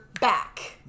back